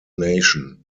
nation